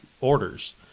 orders